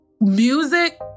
Music